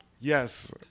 Yes